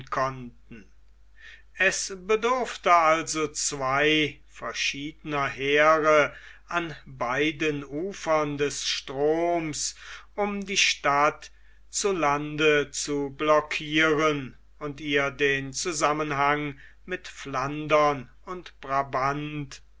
konnten es bedurfte also zwei verschiedener heere an beiden ufern des stroms um die stadt zu lande zu blokieren und ihr den zusammenhang mit flandern und brabant